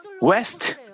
west